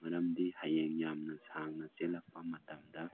ꯃꯔꯝꯗꯤ ꯍꯌꯦꯡ ꯌꯥꯝꯅ ꯁꯥꯡꯅ ꯆꯦꯜꯂꯛꯄ ꯃꯇꯝꯗ